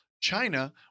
China